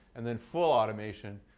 and then full automation.